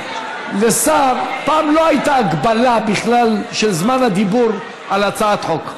לשר פעם לא הייתה הגבלה בכלל של זמן הדיבור על הצעת חוק.